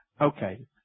okay